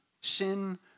Sin